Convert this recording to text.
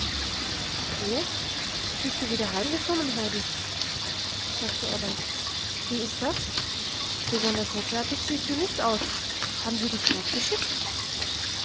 so bist du wieder heimgekommen heidi sagte er dann wie ist das besonders hoffärtig siehst du nicht aus haben sie dich